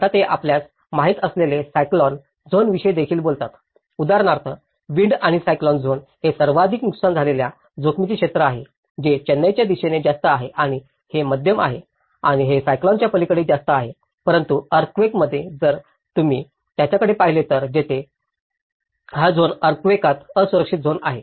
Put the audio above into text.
आता ते आपल्यास माहित असलेल्या सायक्लॉन झोनविषयी देखील बोलतात उदाहरणार्थ विंड आणि सायक्लॉन झोन हे सर्वाधिक नुकसान झालेल्या जोखमीचे क्षेत्र आहे जे चेन्नईच्या दिशेने जास्त आहे आणि हे मध्यम आहे आणि हे सायक्लॉनाच्या पलिकडे जास्त आहे परंतु अर्थक्वेकात जर तुम्ही त्याकडे पाहिले तर जिथे हा झोन अर्थक्वेकात असुरक्षित झोन आहे